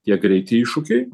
tie greiti iššūkiai